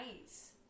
nice